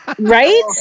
Right